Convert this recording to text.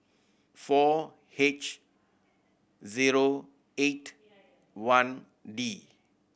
four H zero eight I D